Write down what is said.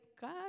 God